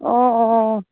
অঁ অঁ